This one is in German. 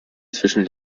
zwischen